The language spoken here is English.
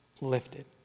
lifted